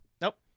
Nope